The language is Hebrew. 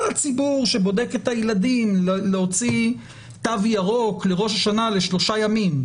הציבור שבודק את הילדים להוציא תו ירוק לראש השנה לשלושה ימים,